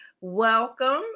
welcome